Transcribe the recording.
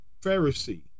pharisee